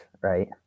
right